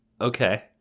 okay